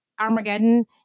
Armageddon